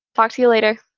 talk to you later.